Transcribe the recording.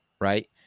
right